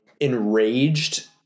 enraged